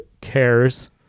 cares